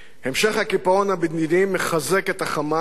המשך הקיפאון המדיני מחזק את ה"חמאס"